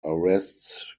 arrests